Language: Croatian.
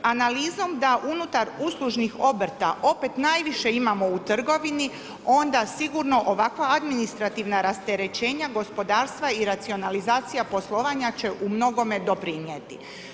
Analizom da unutar uslužnih obrta opet najviše imamo u trgovini, onda sigurno ovakva administrativna rasterećenja gospodarstva i racionalizacija poslovanja će u mnogome doprinijeti.